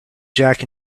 jack